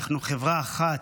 אנחנו חברה אחת.